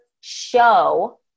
show